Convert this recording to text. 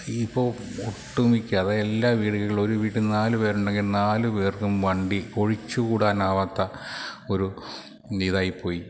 ഈ ഇപ്പോൾ ഒട്ടുമിക്ക അത് എല്ലാ വീടുകളിലും ഒരു വീട്ടിൽ നാല് പേരുണ്ടങ്കിൽ നാല് പേർക്കും വണ്ടി ഒഴിച്ച് കൂടാനാവാത്ത ഒരു ഇതായിപ്പോയി